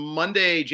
monday